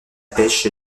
pêche